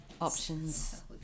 Options